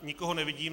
Nikoho nevidím.